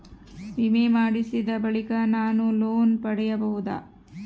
ವಿಮೆ ಮಾಡಿಸಿದ ಬಳಿಕ ನಾನು ಲೋನ್ ಪಡೆಯಬಹುದಾ?